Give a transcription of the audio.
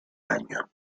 año